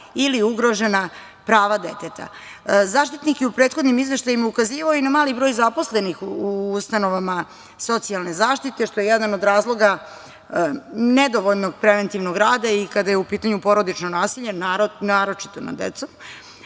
ili ugrožena prava deteta.Zaštitnik je u prethodnim izveštajima ukazivao i na mali broj zaposlenih u ustanovama socijalne zaštite, što je jedan od razloga nedovoljnog preventivnog rada i kada je u pitanju porodično nasilje, naročito nad decom,